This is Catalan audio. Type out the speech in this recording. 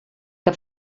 que